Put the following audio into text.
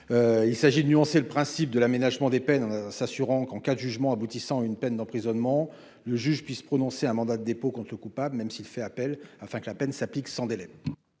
il s'agit de nuancer le principe de l'aménagement des peines en s'assurant qu'en cas de jugement aboutissant à une peine d'emprisonnement le juge puisse prononcer un mandat de dépôt qu'on se Coupable, même s'il fait appel afin que la peine s'applique sans délai.